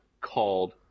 called